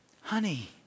honey